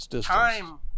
time